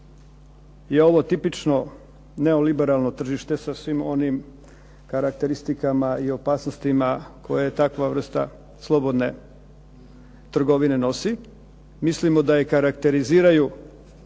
je ovo tipično neoliberalno tržište sa svim onim karakteristikama i opasnostima koje takva vrsta slobodne trgovine nosi. Mislimo da je karakteriziraju